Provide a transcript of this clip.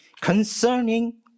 concerning